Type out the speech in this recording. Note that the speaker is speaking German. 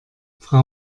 frau